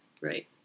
Right